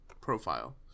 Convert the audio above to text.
profile